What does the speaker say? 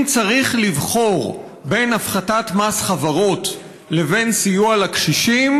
אם צריך לבחור בין הפחתת מס חברות לבין סיוע לקשישים,